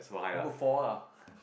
then put four lah